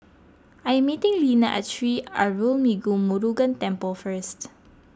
I am meeting Lina at Sri Arulmigu Murugan Temple first